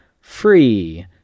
free